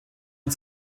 und